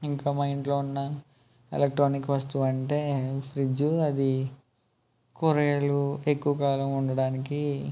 ఇంకా మా ఇంట్లో ఉన్న ఎలక్ట్రానిక్ వస్తువు అంటే ఫ్రిజు అది కూరగాయలు ఎక్కువ కాలం ఉండడానికి